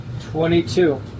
Twenty-two